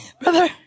brother